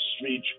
speech